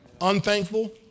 unthankful